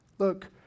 Look